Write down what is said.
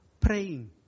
praying